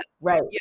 Right